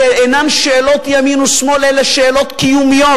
אלה אינן שאלות ימין ושמאל, אלה שאלות קיומיות,